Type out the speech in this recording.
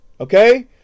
Okay